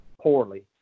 poorly